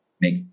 make